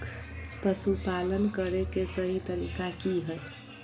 पशुपालन करें के सही तरीका की हय?